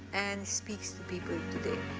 and speaks to people today.